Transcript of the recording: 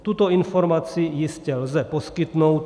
Tuto informaci jistě lze poskytnout.